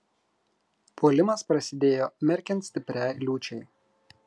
puolimas prasidėjo merkiant stipriai liūčiai